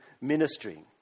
ministry